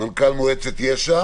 מנכ"ל מועצת יש"ע